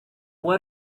what